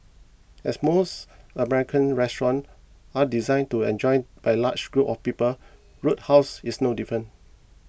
as most American restaurants are designed to enjoyed by large groups of people roadhouse is no different